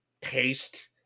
paste